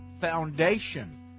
Foundation